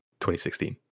2016